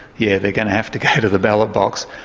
yeah, they're going to have to go to the ballot box,